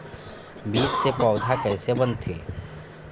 बीज से पौधा कैसे बनथे?